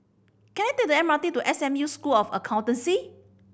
can I take the M R T to S M U School of Accountancy